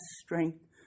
strength